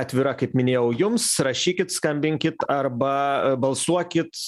atvira kaip minėjau jums rašykit skambinkit arba balsuokit